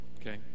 Okay